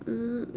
mm